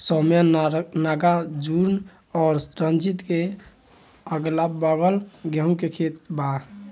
सौम्या नागार्जुन और रंजीत के अगलाबगल गेंहू के खेत बा